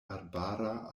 arbara